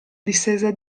distesa